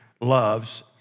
loves